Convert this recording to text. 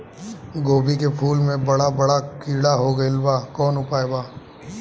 गोभी के फूल मे बड़ा बड़ा कीड़ा हो गइलबा कवन उपाय बा?